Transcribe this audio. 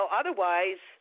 otherwise